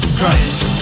Christ